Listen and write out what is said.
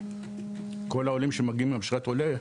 כל העולים שמגיעים עם אשרת עולה,